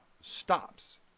stops